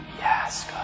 Yes